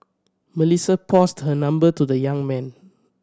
Melissa passed her number to the young man